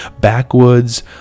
backwoods